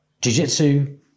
Jiu-Jitsu